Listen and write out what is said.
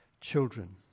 children